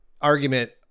argument